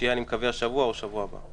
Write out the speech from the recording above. שיהיה אני מקווה השבוע או שבוע הבא.